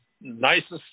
nicest